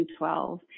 2012